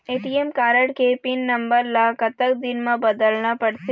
ATM card के pin number ला कतक दिन म बदलना पड़थे?